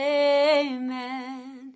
amen